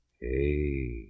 Hey